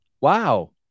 Wow